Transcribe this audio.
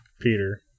peter